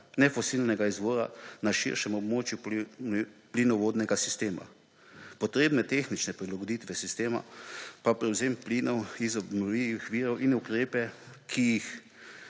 nefosilnega izvora na širšem območju plinovodnega sistema, potrebne tehnične prilagoditve sistema za prevzem plinov iz obnovljivih virov in ukrepe, ki jih